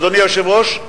אדוני היושב-ראש,